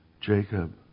Jacob